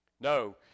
No